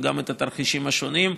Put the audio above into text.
וגם את התרחישים השונים,